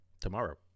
Tomorrow